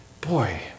Boy